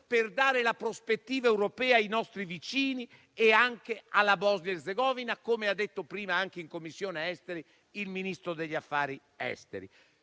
per dare una prospettiva europea ai nostri vicini e anche alla Bosnia Erzegovina, come ha detto prima, anche in Commissione esteri, il Ministro degli affari esteri.